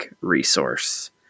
resource